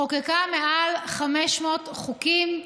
חוקקה מעל 500 חוקים,